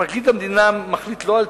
פרקליט המדינה לא מחליט על תיק-תיק,